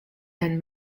and